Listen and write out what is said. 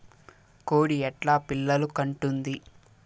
కోడి ఎట్లా పిల్లలు కంటుంది?